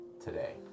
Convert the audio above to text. Today